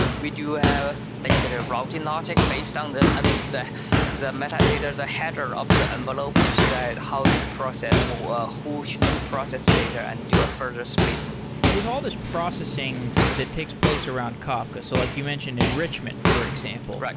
we do have basically a routing logic based on the um the metadatas ahead or up to envelope to decide how to process or who to to process the data and do a further splitting. with all these processing that takes place around kafka, so like you mentioned enrichment, for example.